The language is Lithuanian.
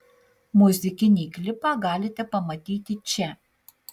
muzikinį klipą galite pamatyti čia